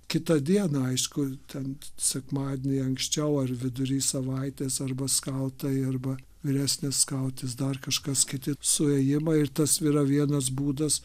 kitą dieną aišku ten sekmadienį anksčiau ar vidury savaitės arba skautai arba vyresnės skautės dar kažkas kiti suėjimai ir tas yra vienas būdas